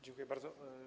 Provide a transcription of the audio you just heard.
Dziękuję bardzo.